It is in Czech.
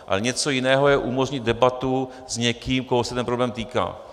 Ale něco jiného je umožnit debatu s někým, koho se ten problém týká.